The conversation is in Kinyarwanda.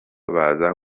baza